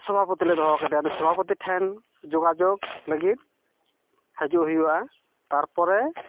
ᱥᱚᱵᱷᱟᱯᱚᱛᱤ ᱞᱮ ᱫᱚᱦᱚ ᱟᱠᱟᱫᱮᱭᱟ ᱩᱱᱤ ᱥᱚᱵᱷᱟᱯᱚᱛᱤ ᱴᱷᱮᱱ ᱡᱳᱜᱟᱡᱳᱠ ᱞᱟᱹᱜᱤᱫ ᱦᱟᱹᱡᱩᱜ ᱦᱩᱭᱩᱜᱼᱟ ᱛᱟᱨᱯᱚᱨᱮ